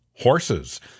horses